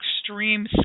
extreme